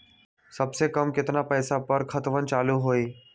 सबसे कम केतना पईसा पर खतवन चालु होई?